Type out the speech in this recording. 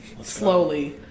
slowly